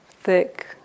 thick